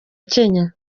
kenya